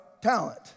talent